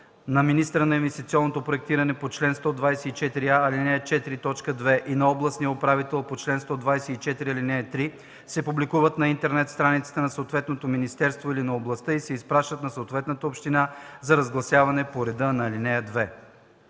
на министъра на инвестиционното проектиране по чл. 124а, ал. 4, т. 2 и на областния управител по чл. 124а, ал. 3 се публикуват на интернет страницата на съответното министерство или на областта и се изпращат на съответната община за разгласяване по реда на ал. 2.”